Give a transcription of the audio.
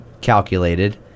calculated